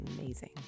amazing